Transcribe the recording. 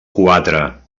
quatre